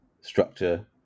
structure